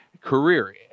career